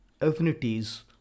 affinities